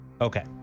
Okay